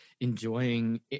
enjoying